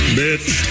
bitch